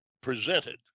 presented